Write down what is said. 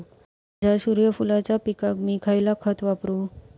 माझ्या सूर्यफुलाच्या पिकाक मी खयला खत वापरू?